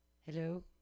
Hello